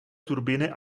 turbíny